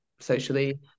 socially